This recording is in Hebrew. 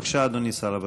בבקשה, אדוני שר הבריאות.